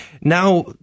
now